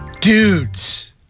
Dudes